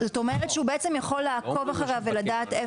זאת אומרת שהוא יכול לעקוב אחריה ולדעת?